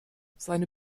seine